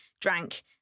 drank